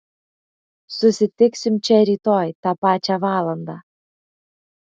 susitiksim čia rytoj tą pačią valandą